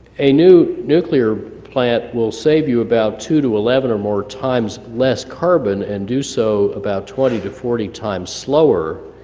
a new nuclear plant will save you about two to eleven or more times less carbon, and do so about twenty to forty times slower